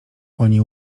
oni